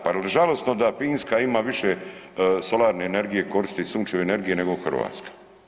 Pa zar žalosno da Finska ima više solarne energije koristi sunčeve energije nego Hrvatska.